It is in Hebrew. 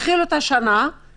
לא חתונה ולא ברית ולא בר מצווה,